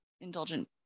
indulgent